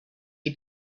had